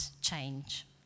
change